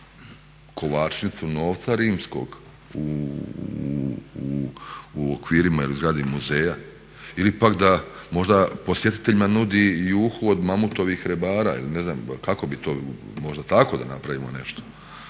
Kovačnicu novca rimskog u okvirima ili zgradi muzeja? Ili pak da možda posjetiteljima nudi juhu od mamutovih rebara ili ne znam kako bih to možda tako da napravimo nešto.